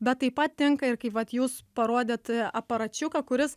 bet taip patinka ir kai vat jūs parodėt aparačiuką kuris